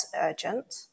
urgent